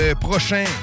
prochain